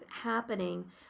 happening